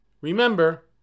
Remember